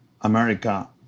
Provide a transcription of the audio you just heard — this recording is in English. America